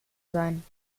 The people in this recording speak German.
sein